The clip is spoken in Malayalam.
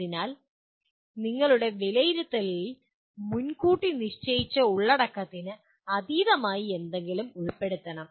അതിനാൽ നിങ്ങളുടെ വിലയിരുത്തലിൽ മുൻകൂട്ടി നിശ്ചയിച്ച ഉള്ളടക്കത്തിന് അതീതമായി എന്തെങ്കിലും ഉൾപ്പെടുത്തണം